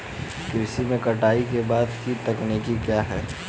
कृषि में कटाई के बाद की तकनीक क्या है?